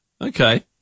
Okay